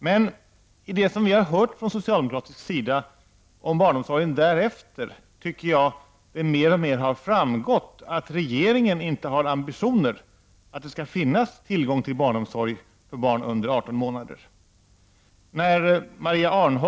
Men av det som vi har hört från socialdemokraterna därefter om barnomsorg, tycker jag att det framgår att regeringen inte har ambitioner att det skall finnas tillgång till barnomsorg för barn under 18 månader.